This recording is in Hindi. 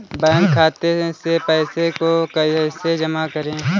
बैंक खाते से पैसे को कैसे जमा करें?